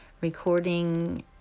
recording